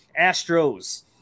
Astros